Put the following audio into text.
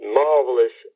marvelous